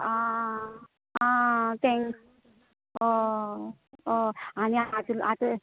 आं आं तेंक हय हय आनी आतां आतां